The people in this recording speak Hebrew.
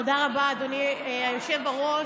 תודה רבה, אדוני היושב בראש.